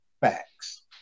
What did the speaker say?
facts